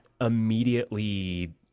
immediately